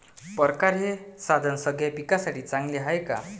परकारं हे साधन सगळ्या पिकासाठी चांगलं हाये का?